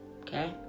okay